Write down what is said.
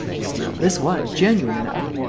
still, this was genuine enough.